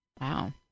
Wow